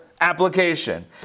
application